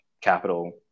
capital